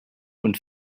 und